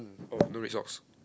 oh no red socks